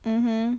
mm